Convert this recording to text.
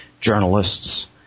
journalists